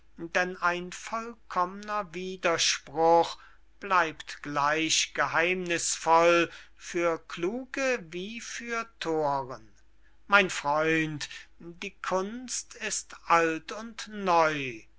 denn ein vollkommner widerspruch bleibt gleich geheimnißvoll für kluge wie für thoren mein freund die kunst ist alt und neu